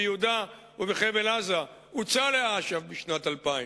ביהודה ובחבל-עזה הוצע לאש"ף בשנת 2000,